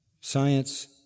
science